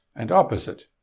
and opposite.